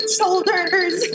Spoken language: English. shoulders